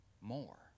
more